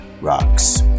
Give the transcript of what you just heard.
rocks